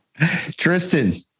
Tristan